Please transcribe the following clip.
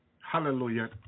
hallelujah